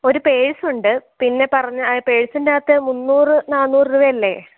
ഒരു പേഴ്സ് ഉണ്ട് പിന്നെ പറഞ്ഞത് പേഴ്സിൻ്റെ അകത്ത് മുന്നൂറ് നാനൂറ് രൂപ അല്ലേ